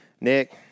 Nick